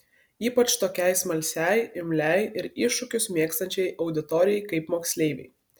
ypač tokiai smalsiai imliai ir iššūkius mėgstančiai auditorijai kaip moksleiviai